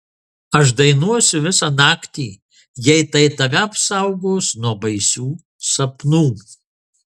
aš dainuosiu visą naktį jei tai tave apsaugos nuo baisių sapnų